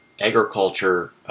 agriculture